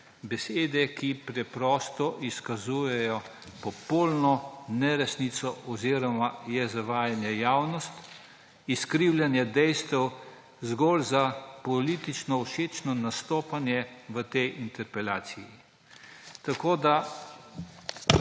besede, ki preprosto izkazujejo popolno neresnico oziroma je zavajanje javnosti izkrivljanje dejstev zgolj za politično všečno nastopanje v tej interpelaciji. Tako da